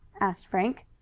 asked frank.